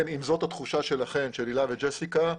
אם זאת התחושה שלכם, של הילה וג'סיקה,